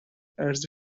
عرضه